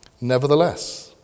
Nevertheless